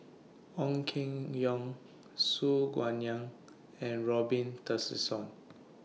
Ong Keng Yong Su Guaning and Robin Tessensohn